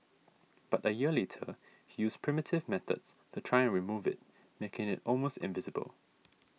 but a year later he used primitive methods to try and remove it making it almost invisible